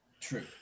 True